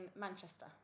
Manchester